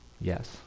Yes